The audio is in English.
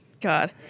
God